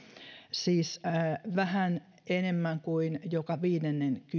siis vähän enemmän kuin joka